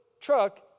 truck